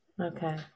Okay